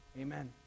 Amen